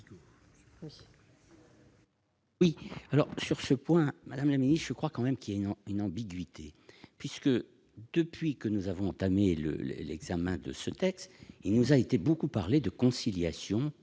de vote. Sur ce point, madame la ministre, je crois quand même qu'il y a une ambiguïté. En effet, depuis que nous avons entamé l'examen de ce texte, on nous a beaucoup parlé de conciliation,